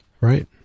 Right